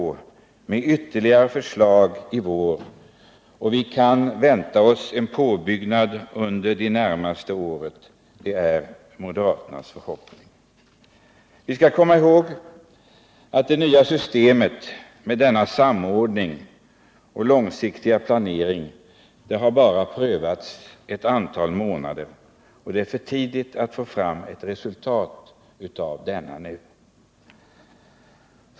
Det kommer ytterligare förslag i vår, och vi kan vänta oss en påbyggnad under det närmaste året. Det är i varje fall moderaternas förhoppning. Vi skall komma ihåg att det nya systemet med samordning och långsiktig planering har prövats bara ett antal månader, och det är ännu för tidigt att få fram ett resultat.